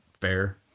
fair